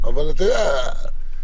אמצעי טכנולוגי,